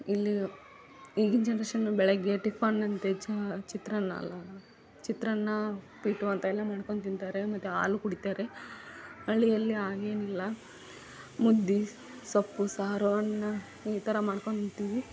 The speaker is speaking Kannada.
ಇಲ್ಲಿ ಈಗಿನ ಜನ್ರೇಷನ್ ಬೆಳಗ್ಗೆ ಟಿಫನ್ ಅಂತೆ ಚಹಾ ಚಿತ್ರಾನ್ನ ಅಲ್ಲ ಚಿತ್ರಾನ್ನ ಉಪ್ಪಿಟ್ಟು ಅಂತ ಎಲ್ಲ ಮಾಡ್ಕೊಂಡು ತಿಂತಾರೆ ಮತ್ತು ಹಾಲು ಕುಡಿತಾರೆ ಹಳ್ಳಿಯಲ್ಲಿ ಆಗೇನಿಲ್ಲ ಮುದ್ದೆ ಸೊಪ್ಪು ಸಾರು ಅನ್ನ ಈ ಥರ ಮಾಡ್ಕೊಂಡು ಉಣ್ತೀವಿ